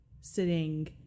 sitting